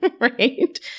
right